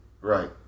Right